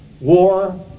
War